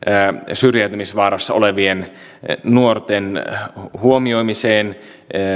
syrjäytymisvaarassa olevien nuorten huomioimiseen